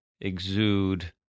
exude